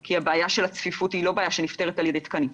כי הבעיה של הצפיפות היא לא בעיה שנפתרת על ידי תקנים,